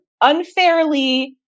unfairly